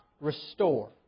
restore